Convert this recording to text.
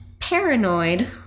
Paranoid